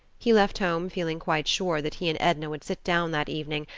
he left home feeling quite sure that he and edna would sit down that evening,